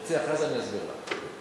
תרצי, אחרי זה, אני אסביר לך.